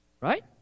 Right